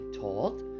told